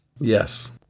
Yes